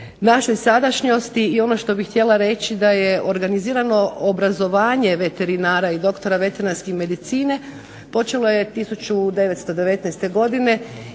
našoj sadašnjosti. I ono što bih htjela reći da je organizirano obrazovanje veterinara i doktora veterinarske medicine počelo je 1919. godine.